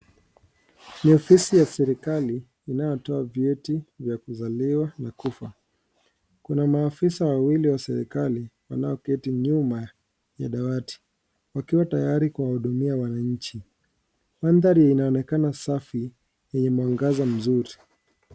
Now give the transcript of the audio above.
Ni ofisi ya serikali inayo toa vyeti vya kuzaliwa na kufa. Kuna maafisa wawili wa serikali wanao keti nyuma ya dawati. Wakiwa tayari kuwahudumia wananchi. Mandhari inaonekana safi yenye mwangaza mzuri.